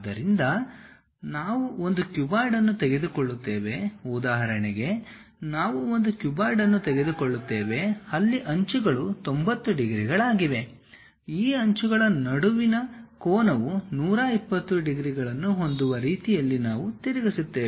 ಆದ್ದರಿಂದ ನಾವು ಒಂದು ಕ್ಯೂಬಾಯ್ಡ್ ಅನ್ನು ತೆಗೆದುಕೊಳ್ಳುತ್ತೇವೆ ಉದಾಹರಣೆಗೆ ನಾವು ಒಂದು ಕ್ಯೂಬಾಯ್ಡ್ ಅನ್ನು ತೆಗೆದುಕೊಳ್ಳುತ್ತೇವೆ ಅಲ್ಲಿ ಅಂಚುಗಳು 90 ಡಿಗ್ರಿಗಳಾಗಿವೆ ಈ ಅಂಚುಗಳ ನಡುವಿನ ಕೋನವು 120 ಡಿಗ್ರಿಗಳನ್ನು ಹೊಂದುವ ರೀತಿಯಲ್ಲಿ ನಾವು ತಿರುಗಿಸುತ್ತೇವೆ